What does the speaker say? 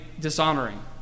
dishonoring